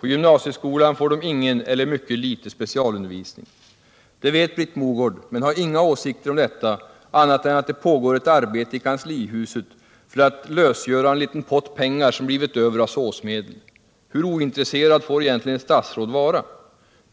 På gymnasieskolan får de ingen eller mycket litet specialundervisning. Det vet Britt Mogård men har inga åtsikter om detta annat än att det pågår ett arbete i kanslihuset för att lösgöra en liten pott pengar, som blivit över av SÅS-medel. Hur ointresserad får egentligen ett statsråd vara?